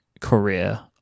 career